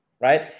right